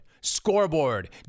Scoreboard